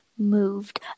moved